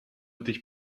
dich